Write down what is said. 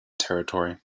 territory